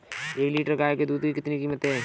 एक लीटर गाय के दूध की कीमत क्या है?